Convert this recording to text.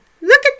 Look